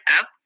up